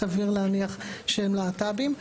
סביר להניח שהם להט"בים.